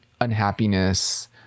unhappiness